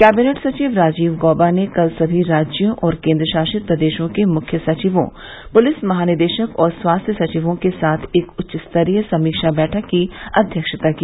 cabinet सचिव राजीव गौबा ने कल समी राज्यों और केंद्रशासित प्रदेशों के मुख्य सचिवों पुलिस महानिदेशक और स्वास्थ्य सचिवों के साथ एक उच्चस्तरीय समीक्षा बैठक की अध्यक्षता की